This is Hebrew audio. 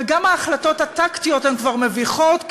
וגם ההחלטות הטקטיות הן כבר מביכות,